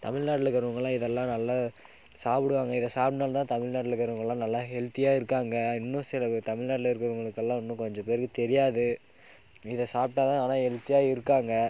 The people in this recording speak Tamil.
தமிழ்நாட்டில் இருக்கிறவங்கள்லாம் இதெல்லாம் நல்லா சாப்பிடுவாங்க இதை சாப்புட்றதுனால தான் தமிழ்நாட்டில் இருக்கிறவங்கள்லாம் நல்லா ஹெல்த்தியாக இருக்காங்க இன்னும் சில தமிழ்நாட்டில் இருக்கிறவங்களுக்கெல்லாம் இன்னும் கொஞ்சம் பேருக்கு தெரியாது இதை சாப்பிட்டா தான் ஆனால் ஹெல்த்தியாக இருக்காங்க